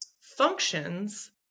functions